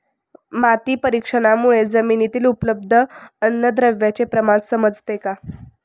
माती परीक्षणामुळे जमिनीतील उपलब्ध अन्नद्रव्यांचे प्रमाण समजते का?